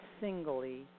singly